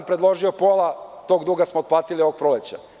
Predložio sam i pola tog duga smo otplatili ovog proleća.